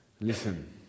Listen